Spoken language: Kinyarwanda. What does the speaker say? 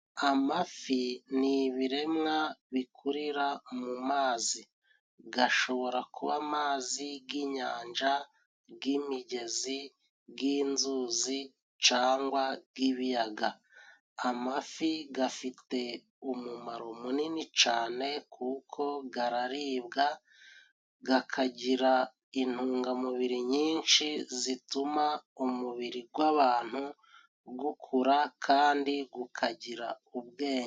Amafi ni ibiremwa bikurira mu mazi, gashobora kuba amazi g'inyanja, g'imigezi, g'inzuzi cangwa g'ibiyaga. Amafi gafite umumaro munini cane kuko gararibwa, gakagira intungamubiri nyinshi zituma umubiri gw'abantu gukura kandi gukagira ubwenge.